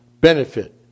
benefit